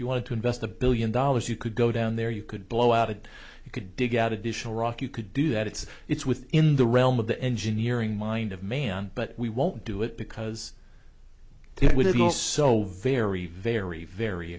you wanted to invest a billion dollars you could go down there you could blow out it you could dig out additional rock you could do that it's it's within the realm of the engineering mind of man but we won't do it because it would last so very very very